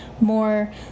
more